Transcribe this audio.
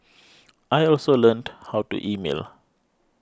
I also learned how to email